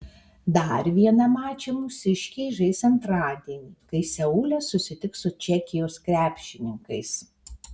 dar vieną mačą mūsiškiai žais antradienį kai seule susitiks su čekijos krepšininkais